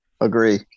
agree